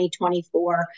2024